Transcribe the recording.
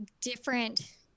different